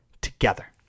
together